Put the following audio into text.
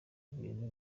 ibintu